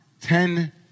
Ten